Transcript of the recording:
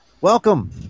welcome